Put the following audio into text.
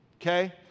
okay